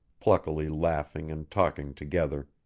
pluckily laughing and talking together